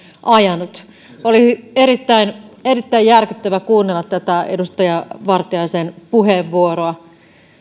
ajanut oli erittäin järkyttävää kuunnella tätä edustaja vartiaisen puheenvuoroa